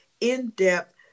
in-depth